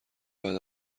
بعد